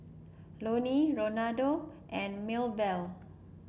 Loni Ronaldo and Maebell